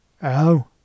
Hello